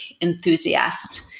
enthusiast